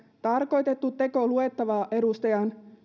tarkoitettu teko luettava edustajan